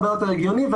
הרבה יותר הגיוני,